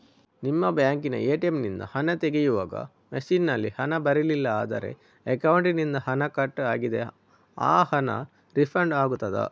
ನಿಮ್ಮ ಬ್ಯಾಂಕಿನ ಎ.ಟಿ.ಎಂ ನಿಂದ ಹಣ ತೆಗೆಯುವಾಗ ಮಷೀನ್ ನಲ್ಲಿ ಹಣ ಬರಲಿಲ್ಲ ಆದರೆ ಅಕೌಂಟಿನಿಂದ ಹಣ ಕಟ್ ಆಗಿದೆ ಆ ಹಣ ರೀಫಂಡ್ ಆಗುತ್ತದಾ?